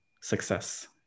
success